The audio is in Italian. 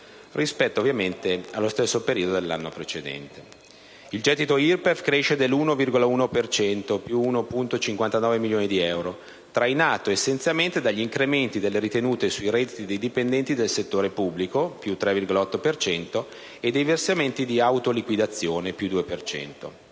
rispetto allo stesso periodo dell'anno precedente. Il gettito IRPEF cresce dell'1,1 per cento (più 1.059 milioni di euro) trainato essenzialmente dagli incrementi delle ritenute sui redditi dei dipendenti del settore pubblico (più 3,8 per cento) e dei versamenti in autoliquidazione (più 2